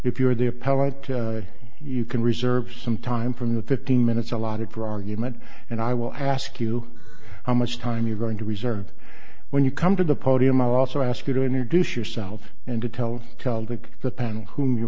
if you are the appellate you can reserve some time from the fifteen minutes allotted for argument and i will ask you how much time you're going to reserve when you come to the podium i will also ask you to enter deuce yourself and to tell celtic the panel whom you re